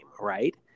right